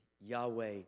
Yahweh